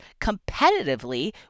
competitively